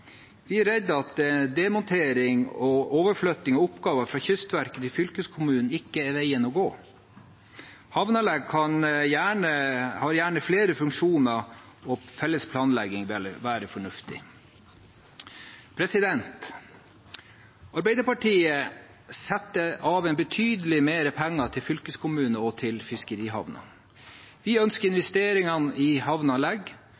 Vi er redd for at demontering og overflytting av oppgaver fra Kystverket til fylkeskommunene ikke er veien å gå. Havneanlegg har gjerne flere funksjoner, og felles planlegging vil være fornuftig. Arbeiderpartiet setter av betydelig mer penger til fylkeskommunene og til fiskerihavner. Vi ønsker investeringer i havneanlegg